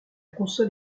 console